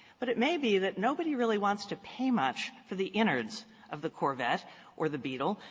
but it may be that nobody really wants to pay much for the innards of the corvette or the beetle.